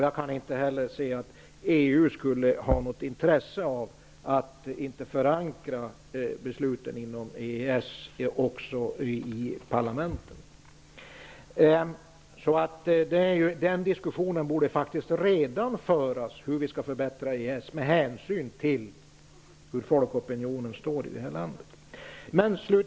Jag kan inte heller se att EU skulle ha något intresse av att inte förankra besluten inom EES Diskussionen om hur EES skall förbättras borde redan föras, med hänsyn till hur folkopinionen är i detta land.